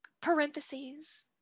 Parentheses